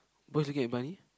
boy is looking at bunny